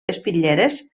espitlleres